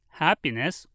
happiness